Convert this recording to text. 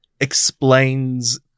explains